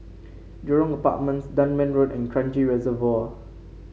Jurong Apartments Dunman Road and Kranji Reservoir